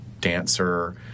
dancer